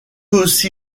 aussi